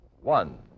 One